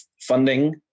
funding